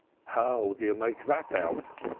how do you make that out?